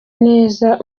neza